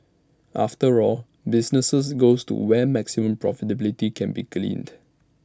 after all businesses goes to where maximum profitability can be gleaned